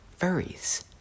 furries